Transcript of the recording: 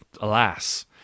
alas